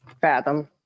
fathom